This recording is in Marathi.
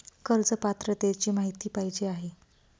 कर्ज पात्रतेची माहिती पाहिजे आहे?